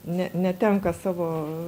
ne netenka savo